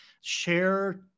share